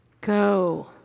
Go